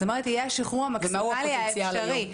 זאת אומרת יהיה השחרור המקסימלי האפשרי.